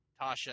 Tasha